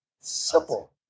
simple